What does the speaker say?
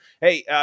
Hey